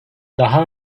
daha